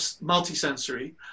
multi-sensory